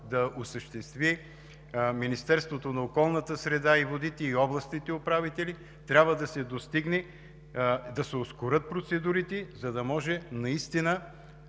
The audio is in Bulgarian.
да осъществи Министерството на околната среда и водите и областните управители, трябва да се ускорят процедурите, за да може в удобно